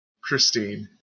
Christine